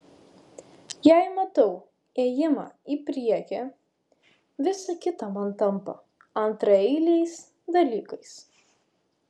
jei matau ėjimą į priekį visa kita man tampa antraeiliais dalykais